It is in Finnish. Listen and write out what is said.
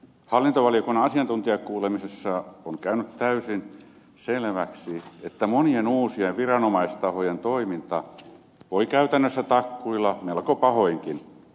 hallintovaliokunnan asiantuntijakuulemisessa on käynyt täysin selväksi että monien uusien viranomaistahojen toiminta voi käytännössä takkuilla melko pahoinkin